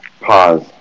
Pause